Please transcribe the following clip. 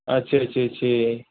ਅੱਛਾ ਅੱਛਾ ਅੱਛਾ ਜੀ